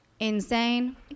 Insane